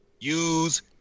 use